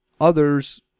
others